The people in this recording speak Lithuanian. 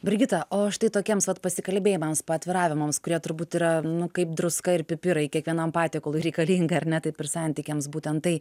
brigita o štai tokiems vat pasikalbėjimams paatviravimams kurie turbūt yra nu kaip druska ir pipirai kiekvienam patiekalui reikalinga ar ne taip ir santykiams būtent tai